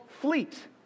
fleet